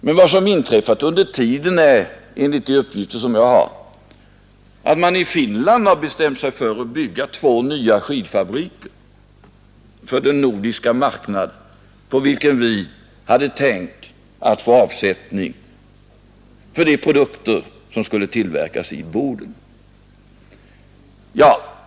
Men vad som har inträffat under tiden är enligt de uppgifter som jag har fått att man i Finland har bestämt sig för att bygga två nya skidfabriker för den nordiska marknad på vilken vi hade tänkt få avsättning för de produkter som skulle tillverkas i Boden.